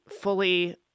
fully